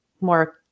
more